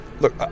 look